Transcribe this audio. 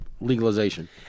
legalization